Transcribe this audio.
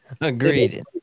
agreed